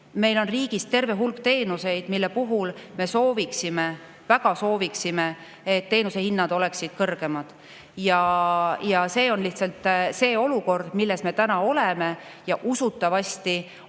Meil on riigis terve hulk teenuseid, mille puhul me sooviksime, väga sooviksime, et teenuse hinnad oleksid kõrgemad. See on lihtsalt see olukord, milles me täna oleme. Usutavasti